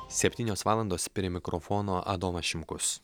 septynios valandos prie mikrofono adomas šimkus